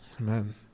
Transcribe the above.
Amen